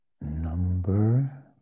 number